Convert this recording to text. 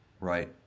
right